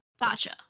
Gotcha